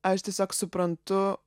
aš tiesiog suprantu